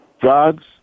drugs